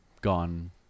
gone